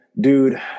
dude